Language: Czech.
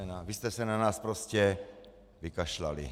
Vy jste se na nás prostě vykašlali.